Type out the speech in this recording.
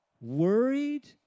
worried